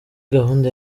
gahunda